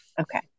Okay